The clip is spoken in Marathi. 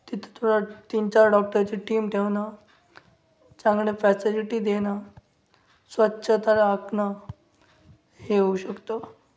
तिथं थोडा तीन चार डॉक्टरची टीम ठेवणं चांगल्या फॅसिलिटी देणं स्वच्छता राखणं हे होऊ शकतो